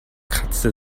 kratzte